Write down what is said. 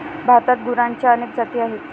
भारतात गुरांच्या अनेक जाती आहेत